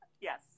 Yes